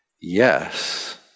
Yes